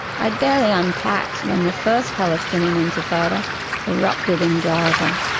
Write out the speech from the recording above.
i'd barely unpacked when the first palestinian intifada erupted in gaza.